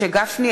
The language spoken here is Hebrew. משה גפני,